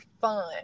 fun